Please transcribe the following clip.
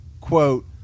quote